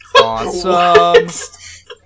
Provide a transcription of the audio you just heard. Awesome